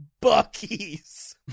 buckies